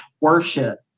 worship